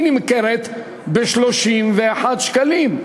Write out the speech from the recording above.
היא נמכרת ב-31 שקלים.